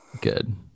Good